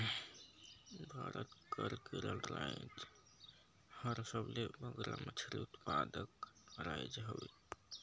भारत कर केरल राएज हर सबले बगरा मछरी उत्पादक राएज हवे